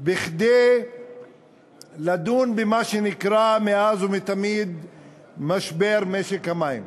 כדי לדון במה שנקרא מאז ומתמיד משבר משק המים,